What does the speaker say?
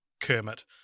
kermit